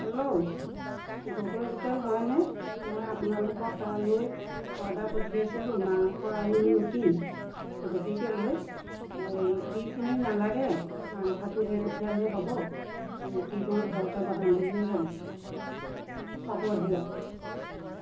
hello Gogoi hotel হয়নে মই আপোনালোৰ তালৈ অৰ্ডাৰ পঠিয়াইছিলোঁ মাংস আৰু ৰুটি গতিকেলৈ ৰুটিখিনি নালাগে মাংসখিনি দি পঠিয়ালেই হ'ব ৰুটি মই ঘৰতে বনাম বুলিয়ে ভাবিছোঁ হ'ব দিয়ক